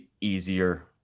easier